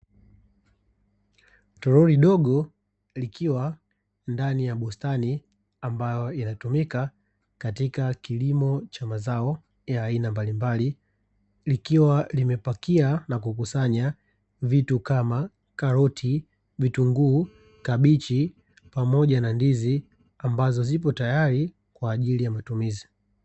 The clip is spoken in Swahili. Toroli dogo likiwa ndani ya bustani ambayo inatumika katika kilimo cha mazao ya aina mbalimbali, likiwa limepakia na kukusanya vitu kama karoti, vitunguu, kabichi pamoja na ndizi ambazo zipo tayari kwajili ya matumizi.